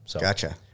Gotcha